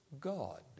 God